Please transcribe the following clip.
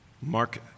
Mark